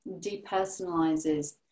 depersonalizes